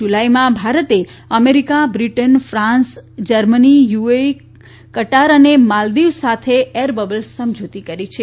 જુલાઇમાં ભારતે America Britain France Germany UAE Qatar અને માલદીવ સાથે એર બબલ સમજુતી કરી છે